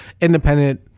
independent